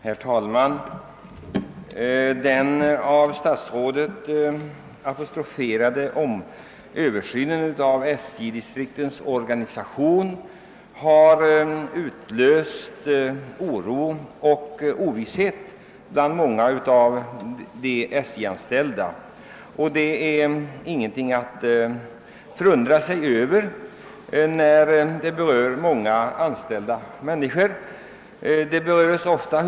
Herr talman! Den av statsrådet nämnda översynen av SJ:s distriktsorganisation har utlöst oro och ovisshet bland många av de SJ-anställda. Det är ingenting att förundra sig över. Denna omorganisation berör hundratals anställda inom många distrikt.